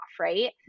right